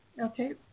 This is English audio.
Okay